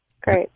Great